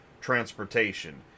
transportation